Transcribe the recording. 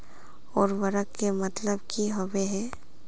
उर्वरक के मतलब की होबे है?